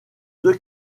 deux